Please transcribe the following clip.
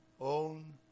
own